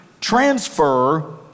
transfer